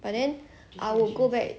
but then I would go back